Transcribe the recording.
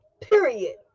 Period